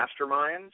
masterminds